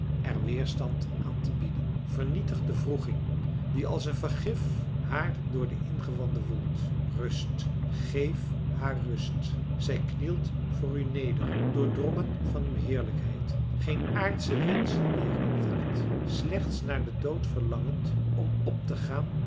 er weerstand aan te bieden vernietig de wroeging die als een vergif haar door het ingewand woelt rust geef haar rust zij knielt voor u neder doordrongen van uw heerlijkheid geen aardsche wenschen meer in het hart slechts naar den dood verlangend om optegaan